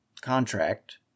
contract